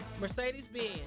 Mercedes-Benz